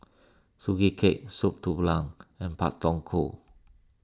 Sugee Cake Soup Tulang and Pak Thong Ko